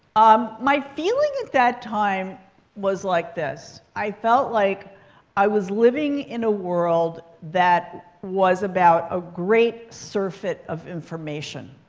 um my feeling at that time was like this. i felt like i was living in a world that was about a great surfeit of information.